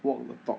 walk the talk